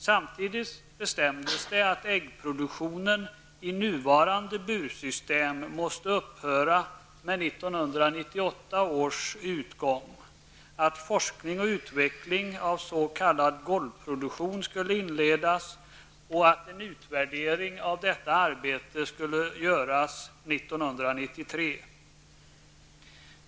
Samtidigt bestämdes det att äggproduktion i nuvarande bursystem måste upphöra med 1998 års utgång, att forskning och utveckling av s.k. golvproduktion skall inledas och att en utvärdering av detta arbete skall görs 1993.